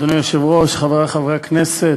אדוני היושב-ראש, חברי חברי הכנסת,